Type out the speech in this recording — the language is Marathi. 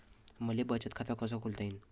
मले बचत खाते कसं खोलता येईन?